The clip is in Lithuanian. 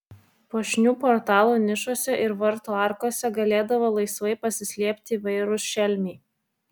puošnių portalų nišose ir vartų arkose galėdavo laisvai pasislėpti įvairūs šelmiai